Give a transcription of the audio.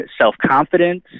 self-confidence